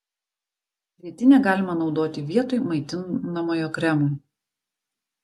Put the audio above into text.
grietinę galima naudoti vietoj maitinamojo kremo